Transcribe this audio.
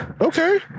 Okay